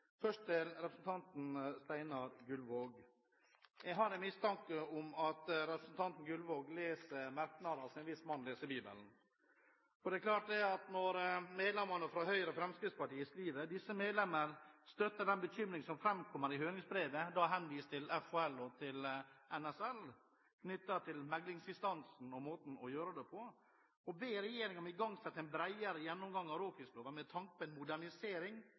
Først til representanten Steinar Gullvåg: Jeg har en mistanke om at representanten Gullvåg leser merknadene som en viss mann leser Bibelen. Medlemmene fra Høyre og Fremskrittspartiet skriver: «Disse medlemmer støtter den bekymring som fremkommer i dette høringsbrevet» – da henvist til FHL og NSL knyttet til meklingsinstansen og måten å gjøre det på – «og ber regjeringen igangsette en bredere gjennomgang av råfiskloven med